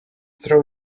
throw